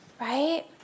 right